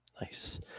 Nice